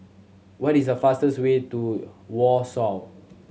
what is the fastest way to Warsaw